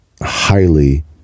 highly